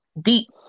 deep